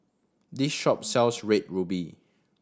this shop sells Red Ruby